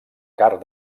carn